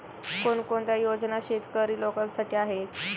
कोणकोणत्या योजना शेतकरी लोकांसाठी आहेत?